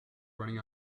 running